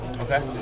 okay